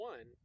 One